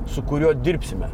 su kuriuo dirbsime